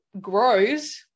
grows